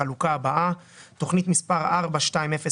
בחלוקה הבאה: תוכנית מספר 42-01-01: